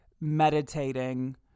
meditating